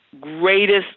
greatest